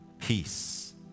peace